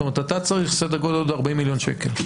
זאת אומרת אתה צריך סדר גודל עוד 40 מיליון שקל.